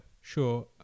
sure